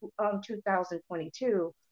2022